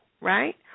right